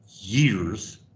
years